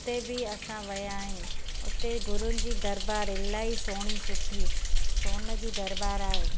उते बि असां विया आहियूं उते गुरूनि जी दरबार इलाही सोणी सुठी सोन जी दरबार आहे